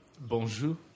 Bonjour